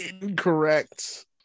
incorrect